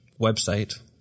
website